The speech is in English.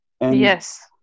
Yes